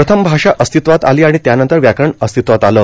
प्रथम भाषा अस्तित्वात आली आणि त्यानंतर व्याकरण अस्तित्वात आलं